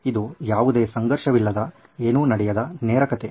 ಇದು ಯಾವುದೇ ಸಂಘರ್ಷವಿಲ್ಲದ ಏನೂ ನಡೆಯದ ನೇರ ಕಥೆ